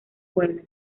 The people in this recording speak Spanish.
puebla